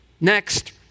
Next